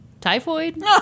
typhoid